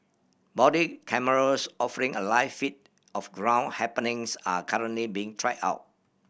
body cameras offering a live feed of ground happenings are currently being tried out